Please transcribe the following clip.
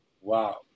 Wow